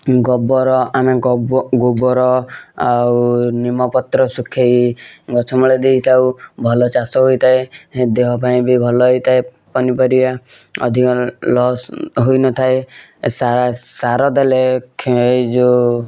ଗୋବର ଆମେ ଗୋବର ଆଉ ନିମପତ୍ର ଶୁଖେଇ ଗଛ ମୂଳେ ଦେଇଥାଉ ଭଲ ଚାଷ ହୋଇଥାଏ ଦେହ ପାଇଁ ବି ଭଲ ହେଇଥାଏ ପନିପରିବା ଅଧିକ ଲସ୍ ହୋଇନଥାଏ ସାର ଦେଲେ ଏଇ ଯେଉଁ